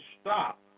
stop